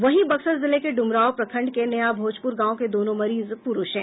वहीं बक्सर जिले के डुमरांव प्रखंड के नया भोजपुर गांव के दोनों मरीज प्रूष हैं